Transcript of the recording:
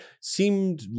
seemed